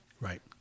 Right